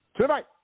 tonight